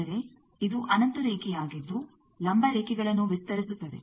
ಅಂದರೆ ಇದು ಅನಂತ ರೇಖೆಯಾಗಿದ್ದು ಲಂಬ ರೇಖೆಗಳನ್ನು ವಿಸ್ತರಿಸುತ್ತದೆ